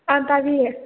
ꯑꯥ ꯇꯥꯕꯤꯌꯦ